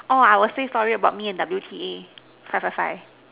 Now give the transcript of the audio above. orh I will say sorry about me and W_T_A five five five